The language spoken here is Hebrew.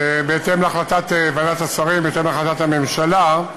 בהתאם להחלטת ועדת השרים, בהתאם להחלטת הממשלה.